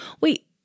Wait